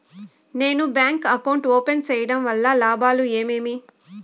నేను bank account open సేయడం వల్ల లాభాలు ఏమేమి?